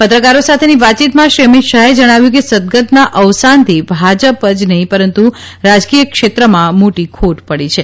પત્રકારોસાથેની વાતચીતમાં શ્રીઅમીત શાહે જણાવ્યુંકે સદ્ગતના અવસાનથી ભાજપ જ નહી પરંતુ રાજકીય ક્ષેત્રમ્મોટી ખોટ પડી છે